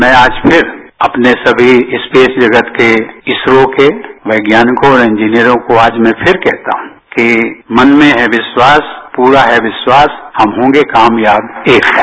मैं आज फिर अपने सभी स्पेस जगत के इसरो के वैज्ञानिकों और इंजिनियरों को आज मैं छिर कहता हूं कि मन में है विस्वास पूरा है विश्वास हम होंगे कामयाब एक दिन